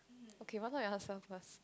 okay why not you ask them first